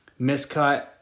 Miscut